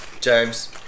James